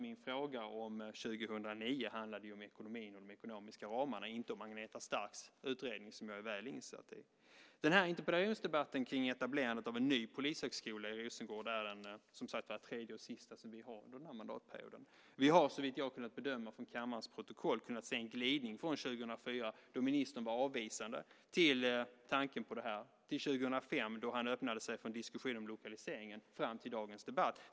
Min fråga om år 2009 handlade om ekonomin och de ekonomiska ramarna, inte om Agneta Starks utredning, som jag är väl insatt i. Interpellationsdebatten om etablerandet av en ny polishögskola i Rosengård är den tredje och sista som vi har under den här mandatperioden. Vi har, såvitt jag har kunnat bedöma från kammarens protokoll, kunnat se en glidning från år 2004, då ministern var avvisande till tanken på det, till år 2005, då han öppnade för en diskussion om lokaliseringen, fram till dagens debatt.